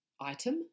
item